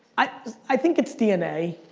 i i think it's dna.